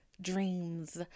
dreams